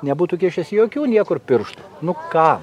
nebūtų kišęs jokių niekur pirštų nu kam